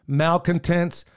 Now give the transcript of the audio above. malcontents